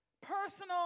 personal